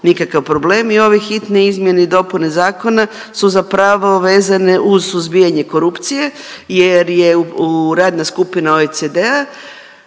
nikakav problem i ove hitne izmjene i dopune zakona su zapravo vezane uz suzbijanje korupcije jer je radna skupina OECD-a